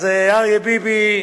אז אריה ביבי,